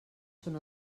són